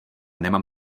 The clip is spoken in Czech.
nemám